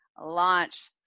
launch